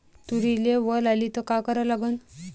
तुरीले वल लागली त का करा लागन?